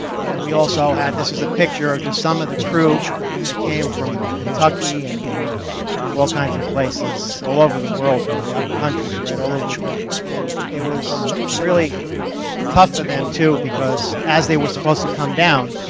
and we also had this is a picture of just some of the crew that came from kentucky and from all kinds of places, all over the world really ah country, right, all over the country, and it was really tough for them too because as they were supposed to come down,